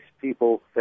people